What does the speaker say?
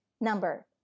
number